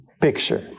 picture